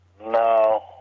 No